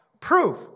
proof